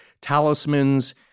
talismans